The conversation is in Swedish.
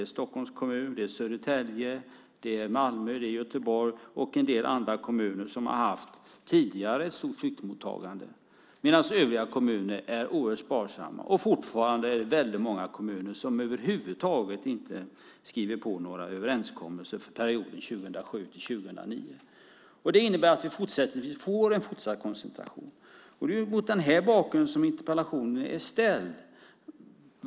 Det är Stockholms kommun, Södertälje, Malmö, Göteborg och en del andra kommuner som tidigare har haft ett stort flyktingmottagande, medan övriga kommuner är oerhört sparsamma. Fortfarande är det väldigt många kommuner som över huvud taget inte skriver på några överenskommelser för perioden 2007-2009. Det innebär att vi får en fortsatt koncentration. Det är mot den bakgrunden som interpellationen är ställd.